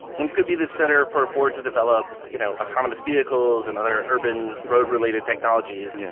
it's going to be the center for ford to develop, you know, autonomous vehicles and other urban road-related technologies yeah